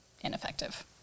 ineffective